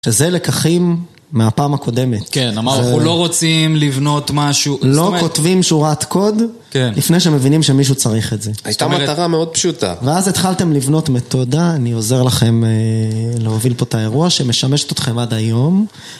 שזה לקחים מהפעם הקודמת. כן, אמרנו, אנחנו לא רוצים לבנות משהו... זאת אומרת... לא כותבים שורת קוד לפני שמבינים שמישהו צריך את זה. הייתה מטרה מאוד פשוטה. ואז התחלתם לבנות מתודה, אני עוזר לכם להוביל פה את האירוע, שמשמשת אתכם עד היום.